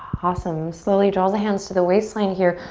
awesome, slowly draw the hands to the waistline here.